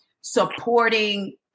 supporting